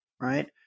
right